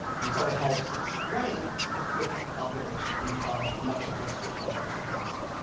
and so it helps explain the quick depopulation of much of western of western hemisphere.